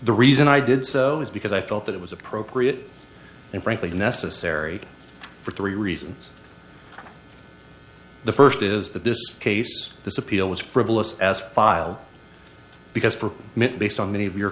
the reason i did so is because i felt that it was appropriate and frankly necessary for three reasons the first is that this case this appeal was frivolous as file because for me based on many of your